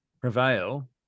prevail